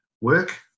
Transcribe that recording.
work